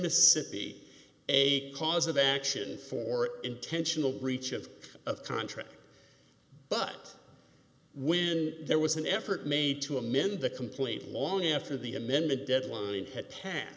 mississippi a cause of action for intentional breach of contract but when there was an effort made to amend the complaint long after the amend the deadline had passed